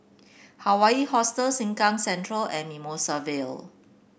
Hawaii Hostel Sengkang Central and Mimosa Vale